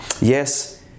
Yes